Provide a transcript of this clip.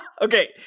Okay